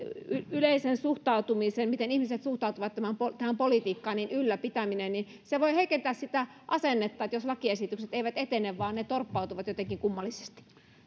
yleisen suhtautumisen miten ihmiset suhtautuvat tähän politiikkaan ylläpitäminen se voi heikentää sitä asennetta jos lakiesitykset eivät etene vaan ne torppautuvat jotenkin kummallisesti